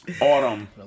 Autumn